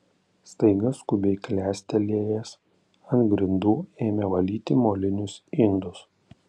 staiga skubiai klestelėjęs ant grindų ėmė valyti molinius indus